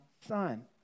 son